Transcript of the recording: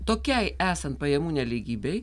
tokiai esant pajamų nelygybei